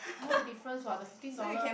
no difference what the fifteen dollar